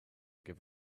give